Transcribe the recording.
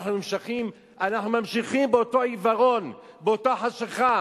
אנחנו ממשיכים באותו עיוורון, באותה חשכה,